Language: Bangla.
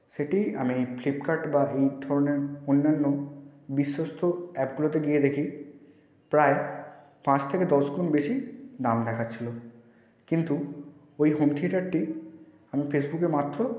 সেটি আমি ফ্লিপকার্ট বা এই ধরনের অন্যান্য বিশ্বস্ত অ্যাপগুলোতে গিয়ে দেখি প্রায় পাঁচ থেকে দশ গুণ বেশি দাম দেখাচ্ছিলো কিন্তু ওই হোম থিয়েটারটি আমি ফেসবুকে মাত্র